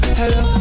hello